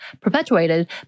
perpetuated